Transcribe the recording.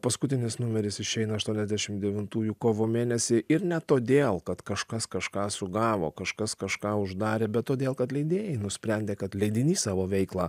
paskutinis numeris išeina aštuoniasdešim devintųjų kovo mėnesį ir ne todėl kad kažkas kažką sugavo kažkas kažką uždarė bet todėl kad leidėjai nusprendė kad leidinys savo veiklą